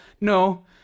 No